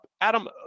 Adam